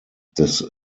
des